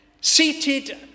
seated